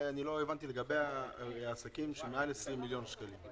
אני לא הבנתי לגבי העסקים שמעל 20 מיליון שקלים.